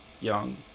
young